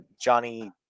Johnny